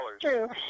true